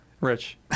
rich